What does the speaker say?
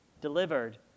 delivered